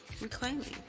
reclaiming